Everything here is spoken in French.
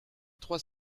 trois